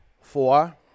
Four